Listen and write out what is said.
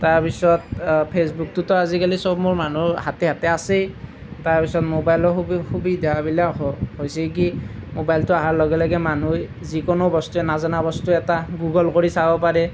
তাৰপিছত ফেচবুকটোতো আজিকালি সববোৰ মানুহৰ হাতে হাতে আছেই তাৰপিছত ম'বাইলৰ সুবি সুবিধাবিলাক হ হৈছে কি ম'বাইলটো অহাৰ লগে লগে মানুহে যিকোনো বস্তুৱেই নাজানা বস্তু এটা গুগল কৰি চাব পাৰে